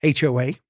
HOA